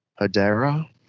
Hadera